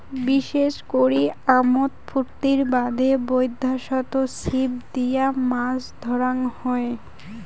বিশেষ করি আমোদ ফুর্তির বাদে বৈদ্যাশত ছিপ দিয়া মাছ ধরাং হই